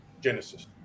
Genesis